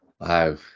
wow